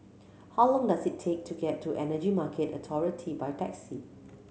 how long does it take to get to Energy Market Authority by taxi